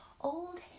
Old